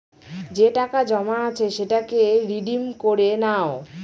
যে টাকা জমা আছে সেটাকে রিডিম করে নাও